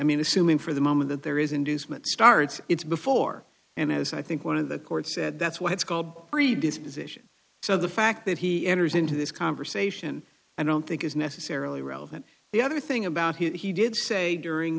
mean assuming for the moment that there is inducement starts it's before and as i think one of the court said that's what it's called predisposition so the fact that he enters into this conversation i don't think is necessarily relevant the other thing about he did say during